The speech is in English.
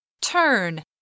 Turn